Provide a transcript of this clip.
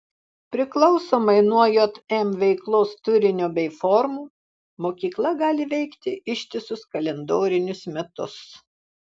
priklausomai nuo jm veiklos turinio bei formų mokykla gali veikti ištisus kalendorinius metus